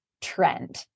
trend